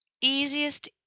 easiest